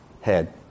head